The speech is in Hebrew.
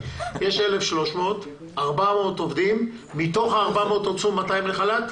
1,300 מתוכם 400 עובדים ומתוך ה-400 הוצאו 200 לחל"ת.